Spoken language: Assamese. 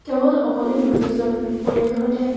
কেৱল অকলে নহয় নিজৰ পৰিয়ালৰ সৈতে